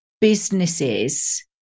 businesses